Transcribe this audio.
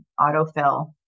autofill